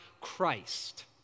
Christ